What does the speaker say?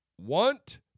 want